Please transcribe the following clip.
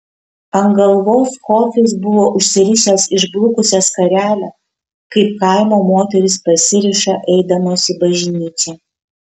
ant galvos kofis buvo užsirišęs išblukusią skarelę kaip kaimo moterys pasiriša eidamos į bažnyčią